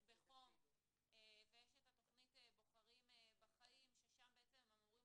בחום ויש את התוכנית "בוחרים בחיים" ששם בעצם הם אמורים